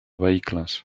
vehicles